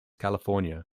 california